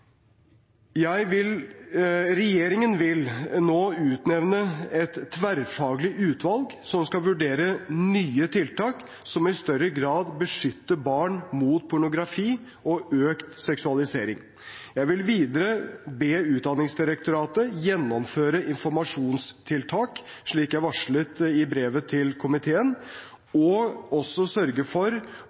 Regjeringen vil nå utnevne et tverrfaglig utvalg som skal vurdere nye tiltak som i større grad beskytter barn mot pornografi og økt seksualisering. Jeg vil videre be Utdanningsdirektoratet gjennomføre informasjonstiltak, slik jeg varslet i brevet til komiteen, og også sørge for